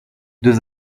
deux